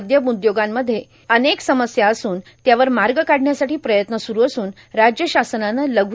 मध्यम उदयोगांपूढे अनेक समस्या असून त्यावर माग काढण्यासाठां प्रयत्न सुरू असून राज्य शासनानं लघू